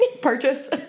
purchase